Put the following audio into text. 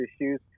issues